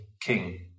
king